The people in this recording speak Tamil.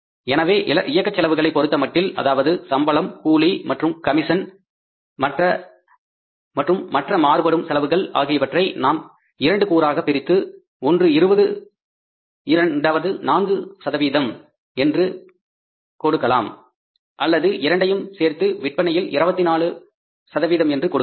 எனவே இயக்கச் செலவுகளை பொறுத்தமட்டில் அதாவது சம்பளம் கூலி மற்றும் கமிஷன் மற்றும் மற்ற மாறுபடும் செலவுகள் ஆகியவற்றை நாம் இரண்டு கூறாகப் பிரித்து ஒன்று 20 இரண்டாவது 4 என்று கொடுக்கலாம் அல்லது இரண்டையும் ஒன்றாக சேர்த்து விற்பனையில் 24 என்று கொடுக்கலாம்